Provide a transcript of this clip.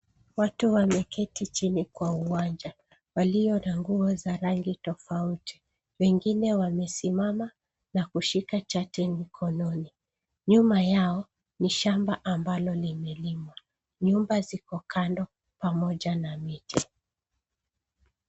Watu wameketi chini kwa uwanja walio na nguo za rangi tofauti, wengine wamesimama na kushika chart mkononi nyuma yao ni shamba ambalo limelimwa nyumba ziko kando pamoja na miti.